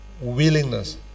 willingness